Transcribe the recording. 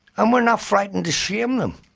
and we're not frightened to shame them.